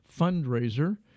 fundraiser